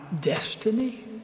destiny